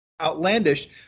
outlandish